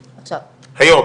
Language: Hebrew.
היום?